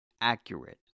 accurate